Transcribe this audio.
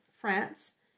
France